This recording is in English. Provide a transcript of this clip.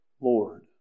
Lord